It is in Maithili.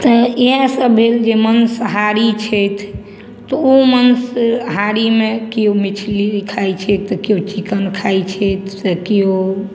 तैं इएह सब भेल जे माँसाहारी छथि तऽ ओ माँसहारीमे केओ मछली खाइ छथि तऽ केओ चिकन खाय छथि तऽ केओ